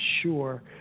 sure